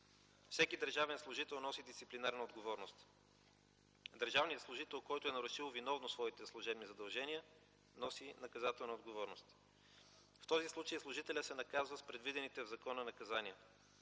Всеки държавен служител носи дисциплинарна отговорност. Държавният служител, който е нарушил виновно своите служебни задължения, носи наказателна отговорност. В този случай служителят се наказва с предвидените в закона наказания.